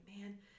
man